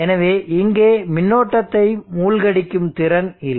எனவே இங்கே மின்னோட்டத்தை மூழ்கடிக்கும் திறன் இல்லை